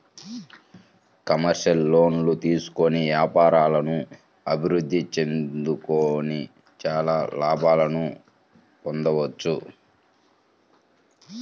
commercial లోన్లు తీసుకొని వ్యాపారాలను అభిరుద్ధి చేసుకొని చానా లాభాలను పొందొచ్చు